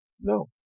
No